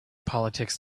politics